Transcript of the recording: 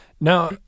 now